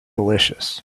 delicious